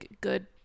good